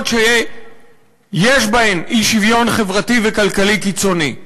שיש בהן אי-שוויון חברתי וכלכלי קיצוני.